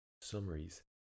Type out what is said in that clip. summaries